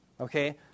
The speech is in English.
Okay